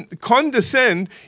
condescend